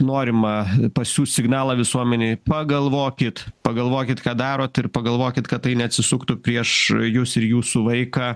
norima pasiųst signalą visuomenei pagalvokit pagalvokit ką darot ir pagalvokit kad tai neatsisuktų prieš jus ir jūsų vaiką